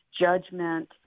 judgment